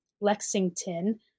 Lexington